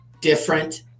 different